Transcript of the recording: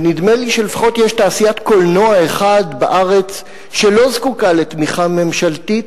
ונדמה לי שלפחות יש תעשיית קולנוע אחת בארץ שלא זקוקה לתמיכה ממשלתית,